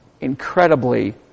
incredibly